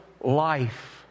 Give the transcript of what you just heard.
life